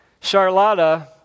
Charlotta